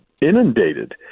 inundated